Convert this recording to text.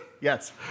Yes